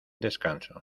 descanso